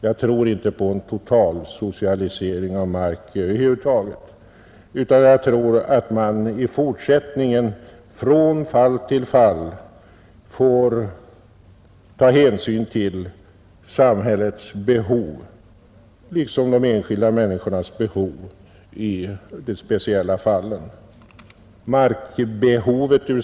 Jag tror inte på en totalsocialisering av mark över huvud taget, utan jag tror att man i fortsättningen får ta hänsyn till samhällets behov liksom till de enskilda människornas behov från fall till fall.